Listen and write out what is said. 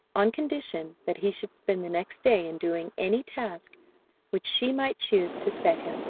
on condition that he should spend the next day in doing any task which she might choose to set him.